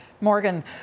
Morgan